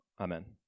Amen